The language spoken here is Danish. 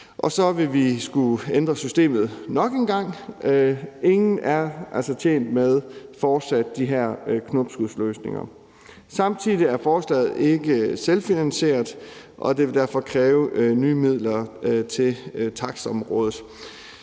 og så vil vi skulle ændre systemet nok en gang, og ingen er tjent med de her fortsatte knopskudsløsninger. Samtidig er forslaget ikke selvfinansieret, og det vil derfor kræve nye midler til takstområdet.